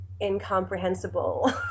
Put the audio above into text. incomprehensible